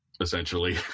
essentially